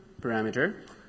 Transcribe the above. parameter